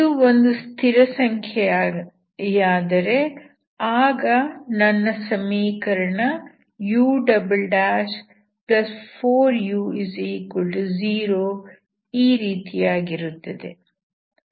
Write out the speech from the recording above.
ಇದು ಒಂದು ಸ್ಥಿರಸಂಖ್ಯೆಯಾದರೆ ಆಗ ನನ್ನ ಸಮೀಕರಣ u4u0 ಈ ರೀತಿಯಾಗಿರುತ್ತದೆ